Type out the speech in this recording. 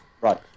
Right